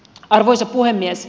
arvoisa puhemies